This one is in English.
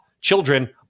children